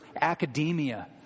academia